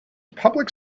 public